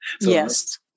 Yes